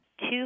Two